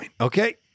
Okay